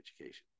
education